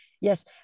Yes